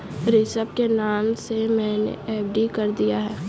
ऋषभ के नाम से मैने एफ.डी कर दिया है